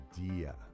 idea